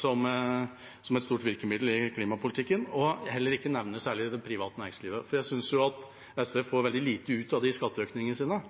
som et stort virkemiddel i klimapolitikken, og heller ikke nevner det private næringslivet noe særlig. Jeg synes SV får veldig lite ut av skatteøkningene sine,